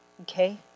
Okay